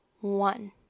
One